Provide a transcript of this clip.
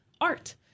Art